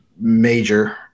major